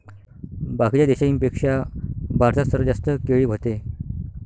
बाकीच्या देशाइंपेक्षा भारतात सर्वात जास्त केळी व्हते